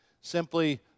simply